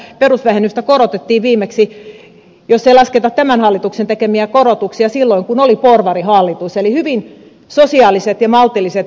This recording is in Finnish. täytyy sanoa että perusvähennystä korotettiin viimeksi jos ei lasketa tämän hallituksen tekemiä korotuksia silloin kun oli porvarihallitus eli veroesitykset ovat hyvin sosiaaliset ja maltilliset